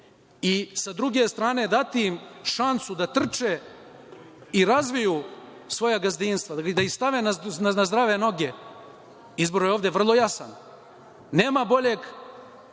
i sa druge strane dati im šansu da trče i razviju svoja gazdinstva, da ih stave na zdrave noge, izbor je ovde vrlo jasan. Nema boljeg